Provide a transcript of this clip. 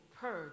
purge